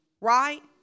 right